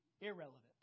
irrelevant